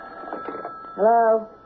Hello